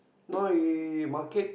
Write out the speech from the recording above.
no he market